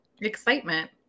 excitement